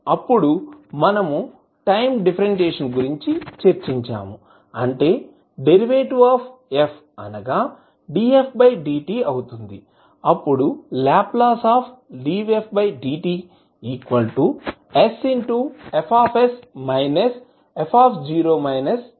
అప్పుడు మనము time differentiation గురించి చర్చించాము అంటే డెరివేటివ్ f అనగాdfdt అవుతుందిఅప్పుడుLdfdt sFs fఅవుతుంది